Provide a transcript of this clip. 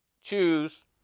choose